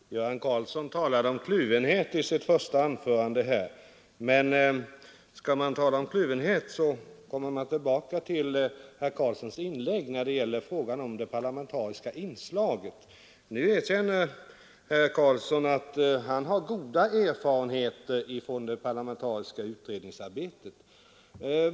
Herr talman! Herr Göran Karlsson talade om kluvenhet i sitt första anförande. Men skall man göra det kommer man tillbaka till herr Karlssons inlägg när det gäller frågan om det parlamentariska inslaget. Nu erkänner herr Karlsson att han har goda erfarenheter från det parlamentariska utredningsarbetet.